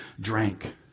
drank